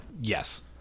yes